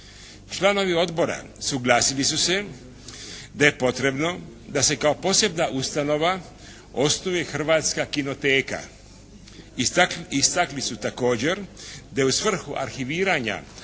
Članovi odbora suglasili su se da je potrebno da se kao posebna ustanova osnuje Hrvatska kinoteka. Istakli su također da je u svrhu arhiviranja